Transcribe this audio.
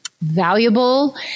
valuable